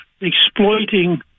exploiting